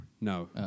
no